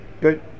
Good